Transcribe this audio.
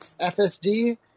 FSD